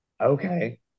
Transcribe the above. Okay